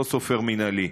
אני לא סופר מינהלי,